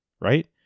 right